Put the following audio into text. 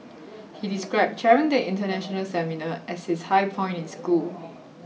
he described chairing the international seminar as his high point in school